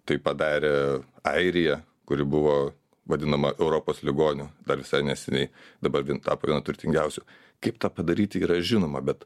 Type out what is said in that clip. tai padarė airija kuri buvo vadinama europos ligoniu dar visai neseniai dabar tapo viena turtingiausių kaip tą padaryti yra žinoma bet